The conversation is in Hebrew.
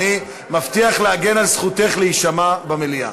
אני מבטיח להגן על זכותך להישמע במליאה.